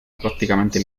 prácticamente